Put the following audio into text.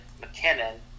McKinnon